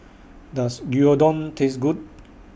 Does Gyudon Taste Good